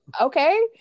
okay